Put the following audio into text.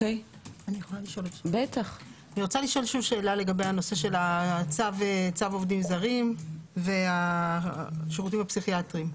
אני רוצה לשאול שוב לגבי צו עובדים זרים והשירותים הפסיכיאטריים.